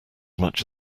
much